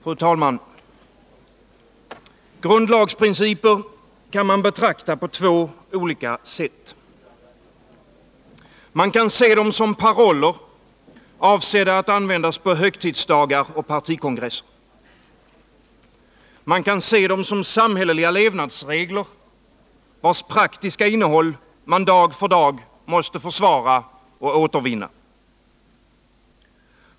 Fru talman! Grundlagsprinciper kan man betrakta på två olika sätt. Man kan se dem som paroller, avsedda att användas på högtidsdagar och partikongresser. Man kan se dem som samhälleliga levnadsregler, vars praktiska innehåll man dag för dag måste försvara och återvinna.